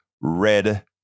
red